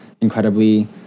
incredibly